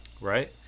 Right